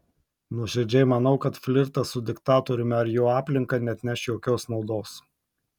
nuoširdžiai manau kad flirtas su diktatoriumi ar jo aplinka neatneš jokios naudos